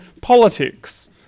politics